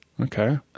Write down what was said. Okay